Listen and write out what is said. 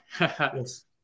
Yes